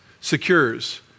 secures